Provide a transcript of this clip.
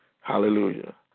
Hallelujah